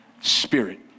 spirit